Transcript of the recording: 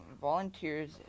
volunteers